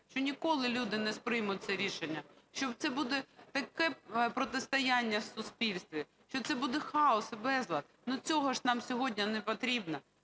що ніколи люди не сприймуть це рішення, що це буде таке протистояння в суспільстві, що це буде хаос і безлад. Но цього ж нам сьогодні не потрібно.